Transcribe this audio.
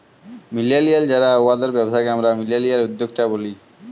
millennial যারা উয়াদের ব্যবসাকে আমরা মিলেলিয়াল উদ্যক্তা ব্যলি